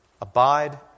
abide